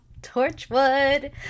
Torchwood